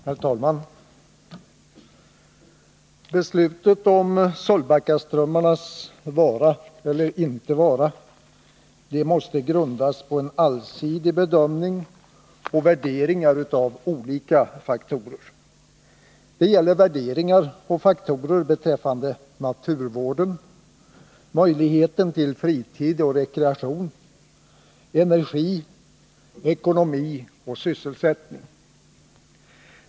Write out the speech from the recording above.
Herr talman! Beslutet om Sölvbackaströmmarnas vara eller inte vara måste grundas på en allsidig bedömning och på värderingar av olika faktorer. Det gäller värderingar och faktorer beträffande naturvården, möjligheten till 65 fritid och rekreation, energi, ekonomi och sysselsättning.